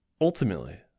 ultimately